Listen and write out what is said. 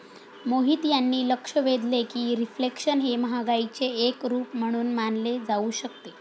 मोहित यांनी लक्ष वेधले की रिफ्लेशन हे महागाईचे एक रूप म्हणून मानले जाऊ शकते